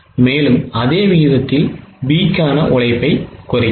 மேலும் அதே விகிதத்தில் B க்கான உழைப்பைக் குறைக்கவும்